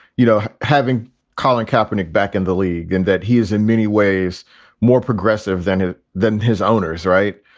you know, having colin kaepernick back in the league and that he is in many ways more progressive than ah than his owners. right.